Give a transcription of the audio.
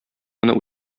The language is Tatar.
моны